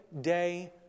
day